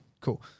Cool